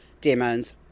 demons